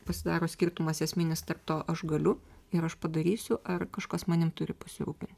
pasidaro skirtumas esminis tarp to aš galiu ir aš padarysiu ar kažkas manim turi pasirūpint